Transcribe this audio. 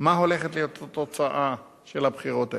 מה הולכת להיות התוצאה של הבחירות האלה.